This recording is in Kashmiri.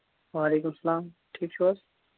وعلیکُم سَلام ٹھیٖک چھُو حظ